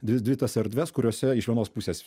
dvi tas erdves kuriose iš vienos pusės